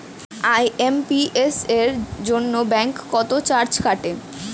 IMPS এর জন্য bank কত চার্জ কাটে?